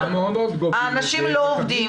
האנשים לא עובדים.